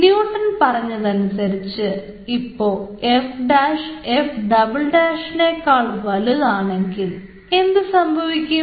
Newton പറഞ്ഞത് അനുസരിച്ച് ഇപ്പോ F'F" നേക്കാൾ വലുതാണെങ്കിൽ എന്ത് സംഭവിക്കും